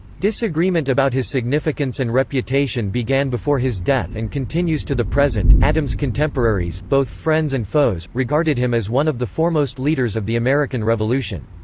disagreement about his significance and reputation began before his death and continues to the present adams' contemporaries, both friends and foes, regarded him as one of the foremost leaders of the american revolution.